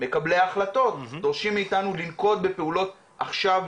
מקבלי ההחלטות דורשים מאתנו לנקוט בפעולות עכשיו,